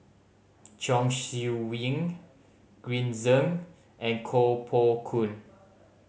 Chong Siew Ying Green Zeng and Koh Poh Koon